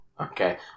Okay